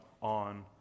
on